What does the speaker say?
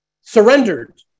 surrendered